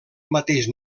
mateix